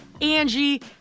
Angie